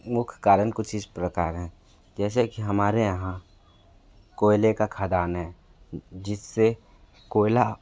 मुख्य कारण कुछ इस प्रकार हैं जैसे कि हमारे यहाँ कोयले का खदान है जिससे कोयला